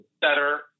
better